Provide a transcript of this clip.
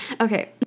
Okay